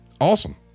awesome